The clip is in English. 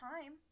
time